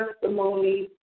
testimony